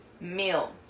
meal